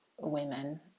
women